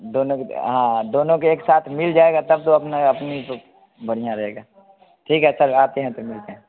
दोनों के तो हाँ दोनों के एक साथ मिल जाएगा तब तो अपना अपनी बढ़िया रहेगा ठीक है सर आते हैं तो मिलते हैं